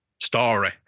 story